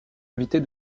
éviter